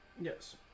Yes